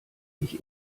nicht